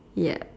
ya